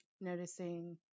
Noticing